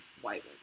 white